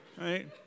right